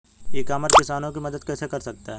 ई commerce किसानों की मदद कैसे कर सकता है?